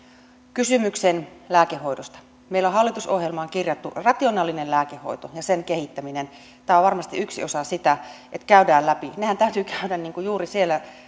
kysymyksen lääkehoidosta meillä on hallitusohjelmaan kirjattu rationaalinen lääkehoito ja sen kehittäminen tämä on varmasti yksi osa sitä että käydään läpi nehän täytyy käydä juuri siellä